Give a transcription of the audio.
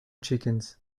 chickens